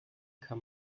kann